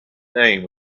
name